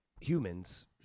humans